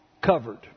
covered